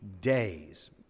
days